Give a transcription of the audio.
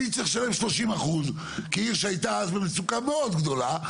אני צריך לשלם 30% כעיר שהייתה אז במצוקה מאוד גדולה,